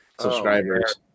subscribers